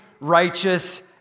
righteous